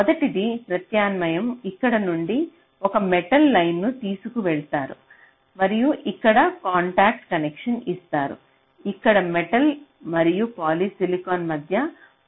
మొదటి ప్రత్యామ్నాయం ఇక్కడ నుండి ఒక మెటల్ లైన్ ను తీసుకువెళతారు మరియు ఇక్కడ కాంటాక్ట్ కనెక్షన్ చేస్తారు ఇక్కడ మెటల్ మరియు పాలిసిలికాన్ మధ్య మరొ కాంటాక్ట్ కనెక్షన్ చేస్తారు